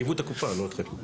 חייבו את הקופה, לא אתכם.